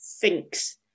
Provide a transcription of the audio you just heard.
thinks